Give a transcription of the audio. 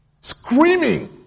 screaming